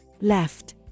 Left